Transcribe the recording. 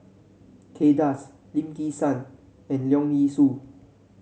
Kay Das Lim Kim San and Leong Yee Soo